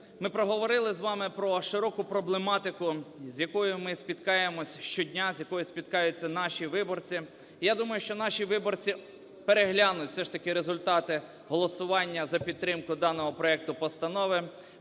Ми проговорили з вами про широку проблематику, з якою ми спіткаємося щодня, з якою спіткаються наші виборці. Я думаю, що наші виборці переглянуть все ж таки результати голосування за підтримку даного проекту постанови,